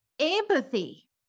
empathy